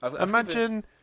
Imagine